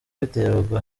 abiterwa